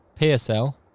PSL